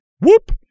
whoop